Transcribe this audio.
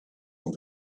and